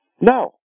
No